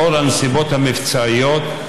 לאור הנסיבות המבצעיות,